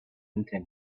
intention